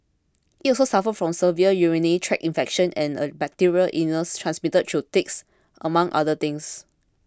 it also suffered from severe urinary tract infection and a bacterial illness transmitted through ticks among other things